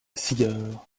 cigare